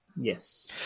Yes